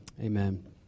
Amen